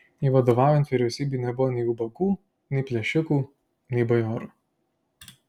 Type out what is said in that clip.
jai vadovaujant vyriausybei nebuvo nei ubagų nei plėšikų nei bajorų